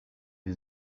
his